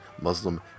Muslim